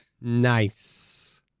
Nice